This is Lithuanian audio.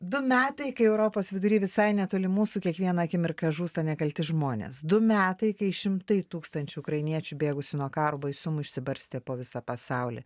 du metai kai europos vidury visai netoli mūsų kiekvieną akimirką žūsta nekalti žmonės du metai kai šimtai tūkstančių ukrainiečių bėgusių nuo karo baisumų išsibarstė po visą pasaulį